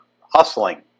hustling